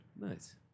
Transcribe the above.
Nice